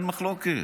אין מחלוקת.